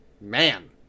man